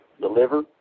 deliver